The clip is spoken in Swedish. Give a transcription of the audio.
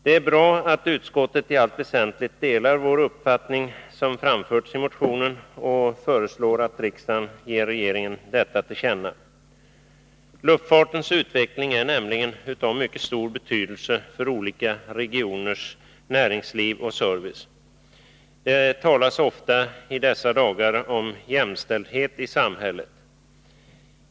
Det är bra att utskottet i allt väsentligt delar den uppfattning som anförts i vår motion och föreslår att riksdagen ger regeringen detta till känna. Luftfartens utveckling är nämligen av mycket stor betydelse för olika regioners näringsliv och service. Det talas ofta i dessa dagar om jämställdhet i samhället.